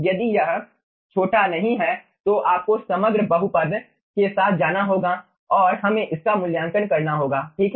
यदि यह छोटा नहीं है तो आपको समग्र बहुपद के साथ जाना होगा और हमें इसका मूल्यांकन करना होगा ठीक है